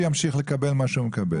הוא ימשיך לקבל מה שהוא מקבל.